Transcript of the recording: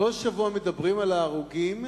בכל שבוע מדברים על ההרוגים,